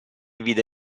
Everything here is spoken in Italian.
vide